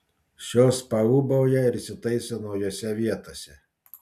šios paūbauja ir įsitaiso naujose vietose